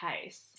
case